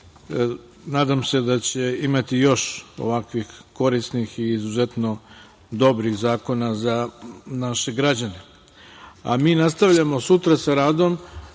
Nadam se da će imati još ovako korisnih i izuzetno dobrih zakona za naše građane. Mi nastavljamo sutra sa radom,